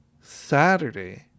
Saturday